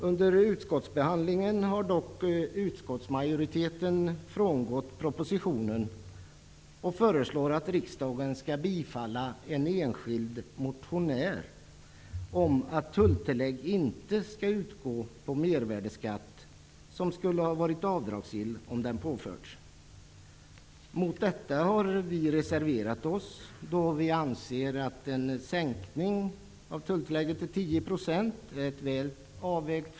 Under utskottsbehandlingen har dock utskottsmajoriteten frångått propositionen. Utskottet föreslår att riksdagen skall bifalla en enskild motion om att tulltillägg inte skall utgå på mervärdesskatt som skulle ha varit avdragsgill om den hade påförts. Mot detta har vi reserverat oss, då vi anser att förslaget om en sänkning av tulltillägget till 10 % är väl avvägt.